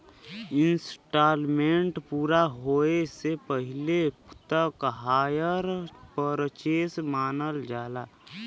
instalment पूरा होये से पहिले तक हायर परचेस मानल जाला